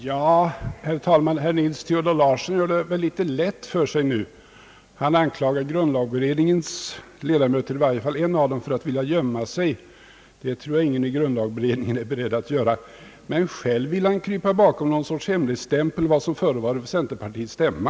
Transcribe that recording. Herr talman! Herr Nils Theodor Larsson gör det väl litet lätt för sig nu. Han anklagar grundlagberedningens ledamöter, i varje fall en av dem, för att vilja gömma sig. Det tror jag ingen i grundlagberedningen är beredd att göra. Men själv vill han krypa bakom någon sorts hemligstämpling beträffande vad som förekommit vid centerpartiets stämma.